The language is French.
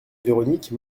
véronique